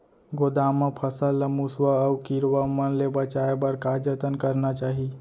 गोदाम मा फसल ला मुसवा अऊ कीरवा मन ले बचाये बर का जतन करना चाही?